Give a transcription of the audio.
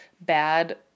bad